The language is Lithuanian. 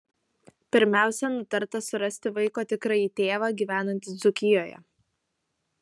pirmiausia nutarta surasti vaiko tikrąjį tėvą gyvenantį dzūkijoje